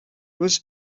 was